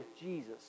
Jesus